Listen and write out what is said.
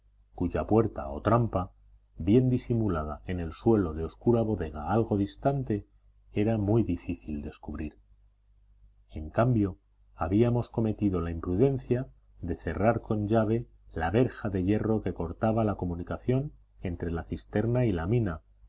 cuya puerta o trampa bien disimulada en el suelo de oscura bodega algo distante era muy difícil descubrir en cambio habíamos cometido la imprudencia de cerrar con llave la verja de hierro que cortaba la comunicación entre la cisterna y la mina